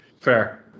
Fair